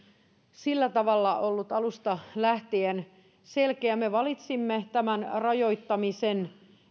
ollut alusta lähtien selkeä sillä tavalla että me valitsimme tämän rajoittamisen